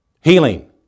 Healing